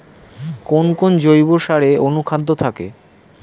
কোন কোন জৈব সারে অনুখাদ্য থাকে?